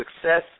success